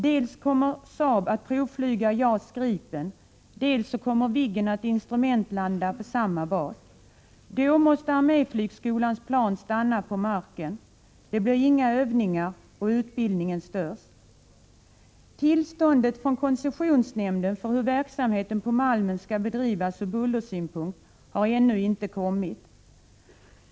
Dels kommer Saab att provflyga JAS Gripen, dels kommer Viggen att instrumentlanda på samma bas. Då måste arméflygskolans plan stanna på marken. Det blir inga övningar och utbildningen störs. Koncessionsnämndens tillstånd för hur verksamheten på Malmen skall bedrivas ur bullersynpunkt har ännu inte kommit.